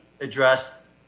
address